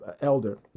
elder